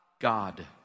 God